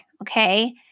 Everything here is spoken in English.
Okay